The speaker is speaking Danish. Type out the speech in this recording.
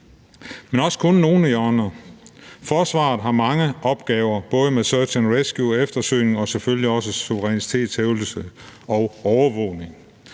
Men også kun nogle hjørner. Forsvaret har mange opgaver både med search and rescue og eftersøgning og selvfølgelig også suverænitetshævdelse og overvågning.